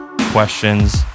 questions